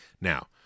Now